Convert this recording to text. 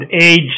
age